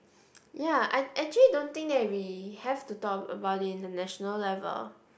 ya I actually don't think that we have to talk about it in the International level